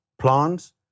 plants